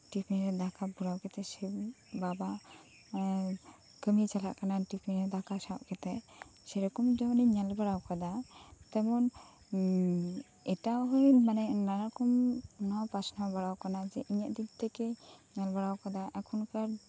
tiffin ᱨᱮ ᱫᱟᱠᱟ ᱵᱷᱚᱨᱟᱣ ᱠᱟᱛᱮᱫ ᱥᱮ ᱵᱟᱵᱟ ᱠᱟᱹᱢᱤ ᱪᱟᱞᱟᱜ ᱠᱟᱱᱟᱭ ᱴᱤᱯᱤᱱ ᱨᱮ ᱫᱟᱠᱟ ᱥᱟᱵ ᱠᱟᱛᱮᱜ ᱥᱮᱨᱚᱠᱚᱢ ᱡᱮᱢᱚᱱᱤᱧ ᱧᱮᱞ ᱵᱟᱲᱟᱣ ᱠᱟᱫᱟ ᱛᱮᱢᱚᱱ ᱮᱴᱟᱜ ᱦᱩᱭᱮᱱ ᱢᱟᱱᱮ ᱱᱟᱱᱟ ᱨᱚᱠᱚᱢ ᱱᱚᱣᱟ ᱯᱟᱥᱱᱟᱣ ᱵᱟᱲᱟ ᱠᱟᱱᱟ ᱡᱮ ᱤᱧᱟᱹᱜ ᱫᱤᱠ ᱛᱷᱮᱠᱮ ᱧᱮᱞ ᱵᱟᱲᱟ ᱟᱠᱟᱫᱟ ᱮᱠᱷᱚᱱ ᱠᱟᱨ